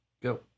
Go